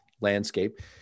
landscape